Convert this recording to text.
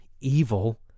evil